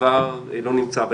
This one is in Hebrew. דבר לא נמצא.